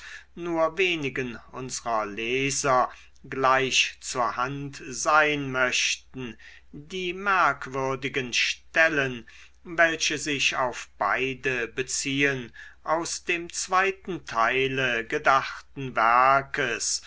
nur wenigen unsrer leser gleich zur hand sein möchten die merkwürdigen stellen welche sich auf beide beziehen aus dem zweiten teile gedachten werkes